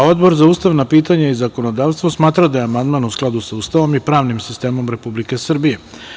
Odbor za ustavna pitanja i zakonodavstvo smatra da je amandman u skladu sa Ustavom i pravnim sistemom Republike Srbije.